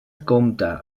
compta